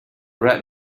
rap